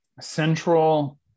central